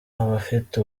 abafite